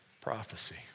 prophecy